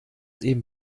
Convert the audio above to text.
eben